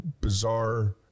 bizarre